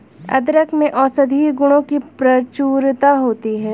अदरक में औषधीय गुणों की प्रचुरता होती है